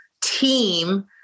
team